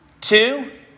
Two